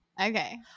Okay